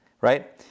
right